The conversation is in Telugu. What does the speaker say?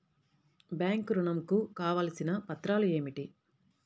బ్యాంక్ ఋణం కు కావలసిన పత్రాలు ఏమిటి?